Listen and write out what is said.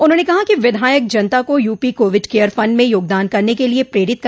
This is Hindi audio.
उन्होंने कहा कि विधायक जनता को यूपी कोविड केयर फंड में योगदान करने के लिये प्रेरित कर